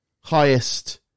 highest